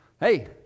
hey